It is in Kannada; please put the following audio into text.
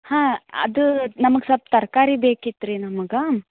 ಹಾಂ ಅದು ನಮಗೆ ಸಲ್ಪ್ ತರಕಾರಿ ಬೇಕಿತ್ತು ರೀ ನಮ್ಗೆ